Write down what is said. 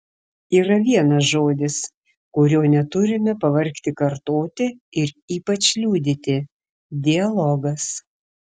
yra vienas žodis kurio neturime pavargti kartoti ir ypač liudyti dialogas